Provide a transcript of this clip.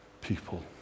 people